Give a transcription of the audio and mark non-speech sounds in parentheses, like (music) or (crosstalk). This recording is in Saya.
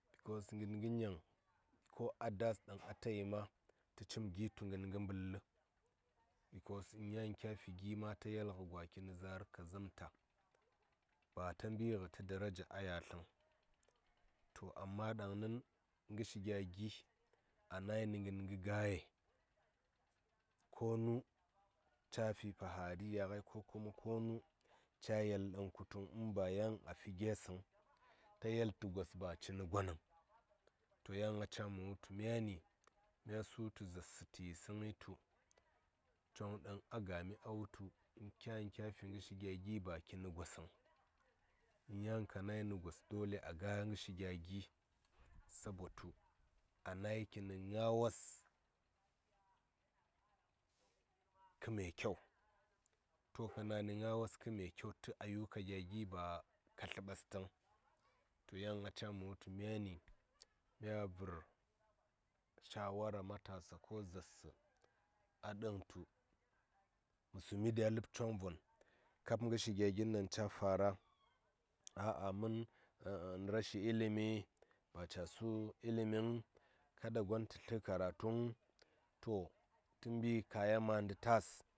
Bikos ngən gə nyaŋ ko a daas ɗaŋ atayima tə cim tə tu ngən gə ɓəllə bikos yan kya fi gi ma ta yel gə gwa kini zaar kazamta ba ta mbi gə tə daraja a yatləŋ to amma ɗaŋəŋ ngər shi gya gi a nainə ngən gə gaye ko nu ca fi fahariya ngai ko kuma konu ca yel ɗaŋ ku tuŋ in ba yan a fi gyes səŋ ta yel tə gos ba cini gwa nəŋ to yan a caa mə wutu myani mya sutu zaarsə tə yisəŋ ngəi tu chon ɗaŋ a gami a wutu yan kya fi ngə shi gya gi ba kini gosəŋ yan ka nai nə gos dole a ga ngə shi gya gi sabo tu a nai kini ngaa wos kə me kyau na ni ngaa wos kə me kyau tə ayuka gya gi ba ka tlə ɓas təŋ to yan a ca mə wutu myani mya vər shawara matasa ko zaarsə a ɗəŋ tu mə sumi ɗi a ləb choŋvon kab ngə shi gya gi ɗaŋ ca fara a a mən (hesitation) rashi ilimi ba caa su ilimiŋ kaɗa gon tə tlə nə karatuŋ to tə mbi kaya manɗə tas.